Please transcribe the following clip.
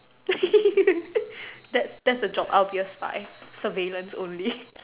that's that's a job I'll be a spy surveillance only